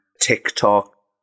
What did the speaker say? TikTok